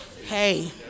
hey